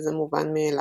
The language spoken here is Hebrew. וזה מובן מאליו?